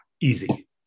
easy